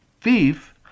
thief